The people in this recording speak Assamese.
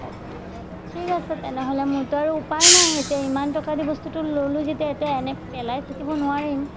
অ'কে ঠিক আছে তেনেহ'লে মোৰতো আৰু উপায় নাই এতিয়া ইমান টকা দি বস্তুটো ল'লোঁ যেতিয়া এতিয়া এনেই পেলাই থাকিব নোৱাৰিম